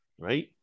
right